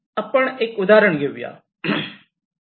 आपण एक उदाहरण घेऊ या